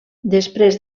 després